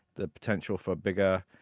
the potential for bigger,